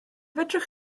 fedrwch